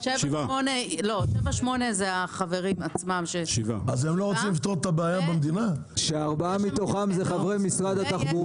יש שבעה חברים --- כאשר ארבעה מתוכם זה חברי משרד התחבורה.